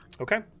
Okay